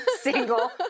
single